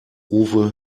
uwe